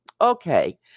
Okay